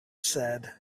said